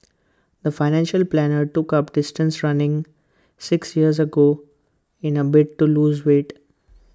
the financial planner took up distance running six years ago in A bid to lose weight